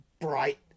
bright